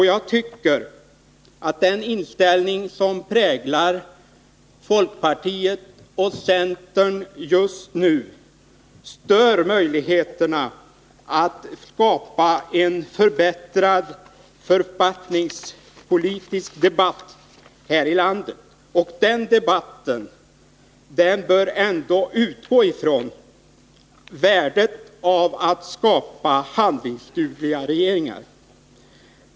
Jag tycker att den inställning som präglar folkpartiet och centern just nu stör möjligheterna att skapa en förbättrad författningspolitisk debatt här i landet — en sådan debatt bör ändå utgå från värdet av att skapa handlingsdugliga regeringar.